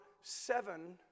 seven